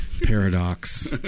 paradox